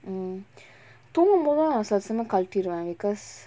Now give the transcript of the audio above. mm தூங்கு போதுலா அவசர அவசரமா கழட்டிறுவ:thoongu pothulaa avasara avasaramaa kalatiruva because